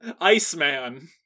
Iceman